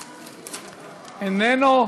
איננו,